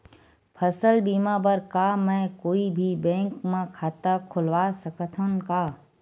फसल बीमा बर का मैं कोई भी बैंक म खाता खोलवा सकथन का?